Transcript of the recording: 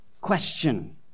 question